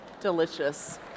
Delicious